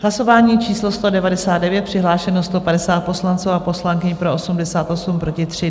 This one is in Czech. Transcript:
Hlasování číslo 199, přihlášeno 150 poslanců a poslankyň, pro 88, proti 3.